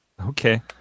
Okay